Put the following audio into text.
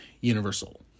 Universal